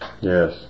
Yes